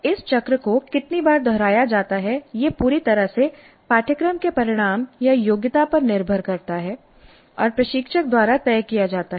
इस चक्र को कितनी बार दोहराया जाता है यह पूरी तरह से पाठ्यक्रम के परिणाम या योग्यता पर निर्भर करता है और प्रशिक्षक द्वारा तय किया जाता है